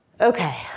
Okay